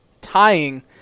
tying